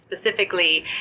specifically